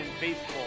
baseball